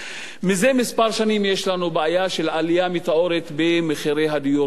מזה שנים מספר יש לנו בעיה של עלייה מטאורית במחירי הדיור במדינת